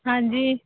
ਹਾਂਜੀ